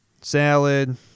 salad